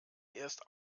erst